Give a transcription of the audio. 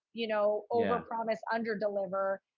you know, over promise under deliver.